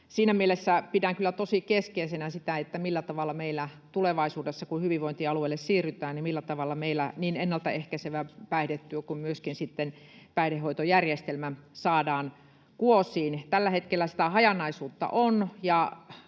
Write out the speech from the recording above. siinä mielessä pidän kyllä tosi keskeisenä sitä, millä tavalla meillä tulevaisuudessa, kun hyvinvointialueille siirrytään, niin ennaltaehkäisevä päihdetyö kuin myöskin päihdehoitojärjestelmä saadaan kuosiin. Tällä hetkellä sitä hajanaisuutta on,